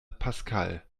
pascal